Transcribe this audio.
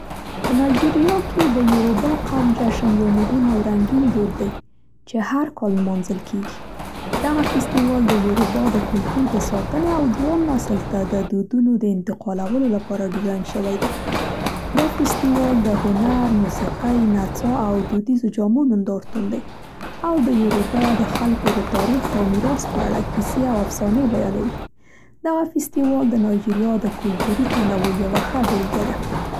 په نایجیریا کې د یوروبا قوم جشن یو مهم او رنګین دود دی چې هر کال نمانځل کیږي. دغه فیستیوال د یوروبا د کلتور د ساتنې او ځوان نسل ته د دودونو د انتقالولو لپاره ډیزاین شوی دی. دا فیستیوال د هنر، موسیقۍ، نڅا او دودیزو جامو نندارتون دی، او د یوروبا د خلکو د تاریخ او میراث په اړه کیسې او افسانې بیانوي. دغه فیستیوال د نایجیریا د کلتوري تنوع یوه ښه بېلګه ده